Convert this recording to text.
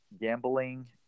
gambling